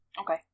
Okay